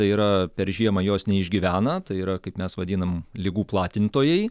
tai yra per žiemą jos neišgyvena tai yra kaip mes vadinam ligų platintojai